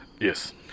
Yes